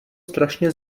strašně